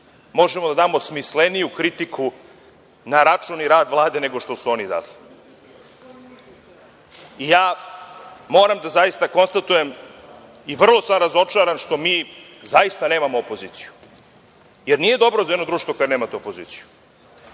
možemo da damo smisleniju kritiku na račun i rad Vlade, nego što su oni dali. Ja moram zaista da konstatujem i vrlo sam razočaran što mi zaista nemamo opoziciju, jer nije dobro za jedno društvo ako nema opoziciju.